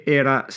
era